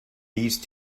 these